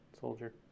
Soldier